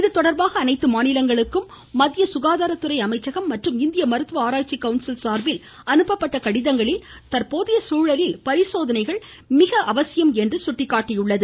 இதுதொடர்பாக அனைத்து மாநிலங்களுக்கும் மத்திய சுகாதாரத்துறை அமைச்சகம் மற்றும் இந்திய மருத்துவ ஆராய்ச்சிக்கவுன்சில் சார்பில் அனுப்பப்பட்ட கடிதங்களில் தற்போதைய சூழலில் பரிசோதனைகள் மிக அவசியம் என்று சுட்டிக்காட்டியுள்ளது